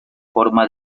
forma